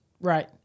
Right